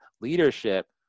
leadership